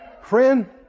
Friend